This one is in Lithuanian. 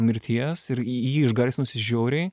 mirties ir jį jį išgarsinusi žiauriai